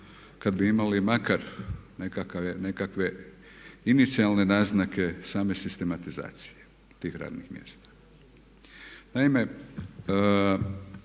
kad bi imali makar nekakve inicijalne naznake same sistematizacije tih radnih mjesta. Naime,